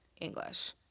English